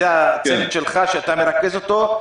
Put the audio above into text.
זה הצוות שלך שאתה מרכז אותו?